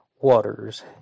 Waters